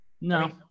no